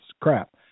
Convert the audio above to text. crap